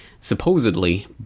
Supposedly